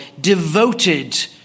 devoted